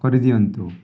କରିଦିଅନ୍ତୁ